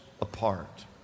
apart